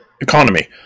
economy